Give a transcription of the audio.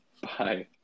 Bye